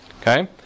Okay